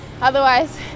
otherwise